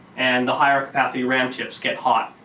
and the higher capacity ram chips get hot.